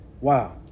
Wow